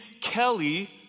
Kelly